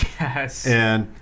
Yes